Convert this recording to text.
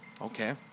okay